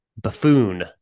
Buffoon